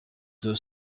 deux